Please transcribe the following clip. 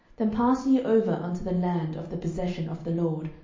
then pass ye over unto the land of the possession of the lord,